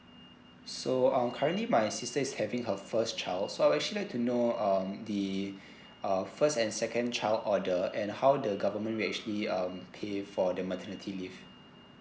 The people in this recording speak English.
so um currently my sister is having her first child so I actually like to know um the uh first and second child order and how the government will actually um pay for the maternity leave